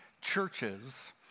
churches